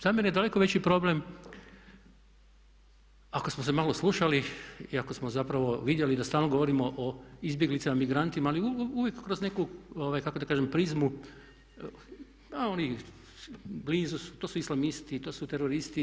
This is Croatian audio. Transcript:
Za mene je daleko veći problem ako smo se malo slušali i ako smo zapravo vidjeli da stalno govorimo o izbjeglicama migrantima, ali uvijek kroz neku kako da kažem prizmu a oni blizu su, to su islamisti, to su teroristi.